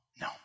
No